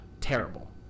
terrible